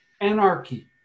Anarchy